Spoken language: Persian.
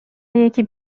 یکی